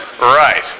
Right